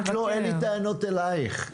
אין לי טענות אלייך,